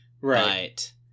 Right